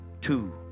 Two